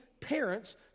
parents